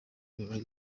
ibirori